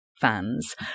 fans